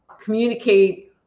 communicate